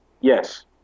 Yes